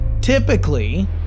Typically